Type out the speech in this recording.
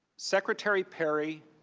secretary perry,